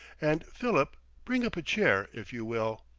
and philip, bring up a chair, if you will.